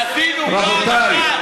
באונר"א